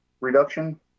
reduction